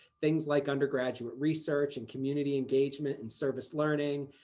things like undergraduate research and community engagement and service learning,